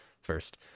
first